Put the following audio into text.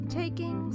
taking